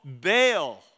bail